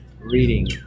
reading